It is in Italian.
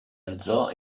alzò